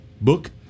book